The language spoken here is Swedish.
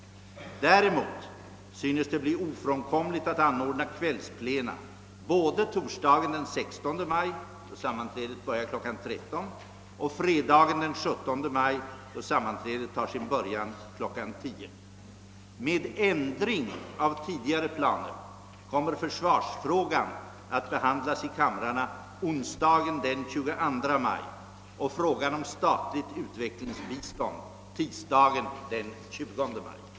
Däremot synes det bli ofrånkomligt att anordna kvällsplena både torsdagen den 16 maj, då sammanträdet börjar kl. 13.00, och fredagen den 17 maj, då sammanträdet tar sin början kl. 10.00. Med ändring av tidigare planer kommer försvarsfrågan att behandlas i kamrarna onsdagen den 22 maj och frågan om statligt utvecklingsbistånd tisdagen den 28 maj.